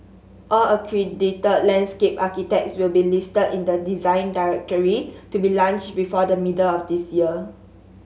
all accredited landscape architects will be listed in the Design Directory to be launched before the middle of this year